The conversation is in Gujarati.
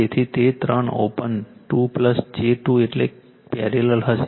તેથી તે ત્રણ ઓપન 2 j 2 એટલે પેરેલલ હશે